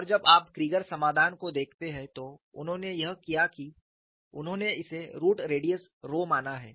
और जब आप क्रीगर समाधान को देखते हैं तो उन्होंने यह किया है कि उन्होंने इसे रूट रेडियस रो माना है